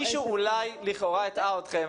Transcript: אולי מישהו לכאורה הטעה אתכם,